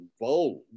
involved